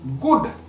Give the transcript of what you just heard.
good